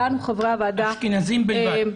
אשכנזים בלבד.